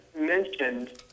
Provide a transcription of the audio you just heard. mentioned